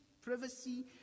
privacy